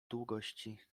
długości